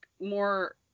more